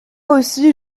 aussi